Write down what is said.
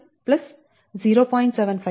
5 0